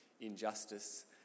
injustice